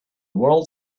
world